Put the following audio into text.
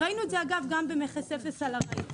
ראינו את זה אגב גם במכס אפס על הרהיטים,